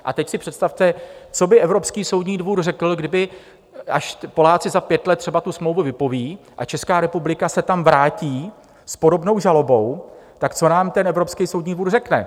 A teď si představte, co by Evropský soudní dvůr řekl, kdyby až Poláci za pět let třeba tu smlouvu vypovědí a Česká republika se tam vrátí s podobnou žalobou, tak co nám ten Evropský soudní dvůr řekne?